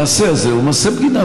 המעשה הזה הוא מעשה בגידה.